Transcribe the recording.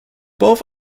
both